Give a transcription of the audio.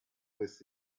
with